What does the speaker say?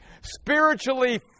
spiritually